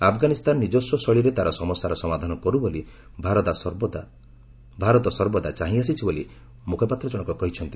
ଆଫଗାନିସ୍ତାନ ନିକସ୍ୱ ଶୈଳୀରେ ତା'ର ସମସ୍ୟାର ସମାଧାନ କରୁ ବୋଲି ଭାରତ ସର୍ବଦା ଚାହିଁ ଆସିଛି ବୋଲି ମୁଖପାତ୍ର ଜଣକ କହିଛନ୍ତି